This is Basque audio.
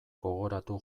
gogoratu